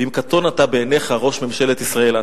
ואם קטון אתה בעיניך, ראש ממשלת ישראל אתה.